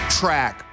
track